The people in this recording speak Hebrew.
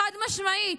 חד-משמעית.